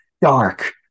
dark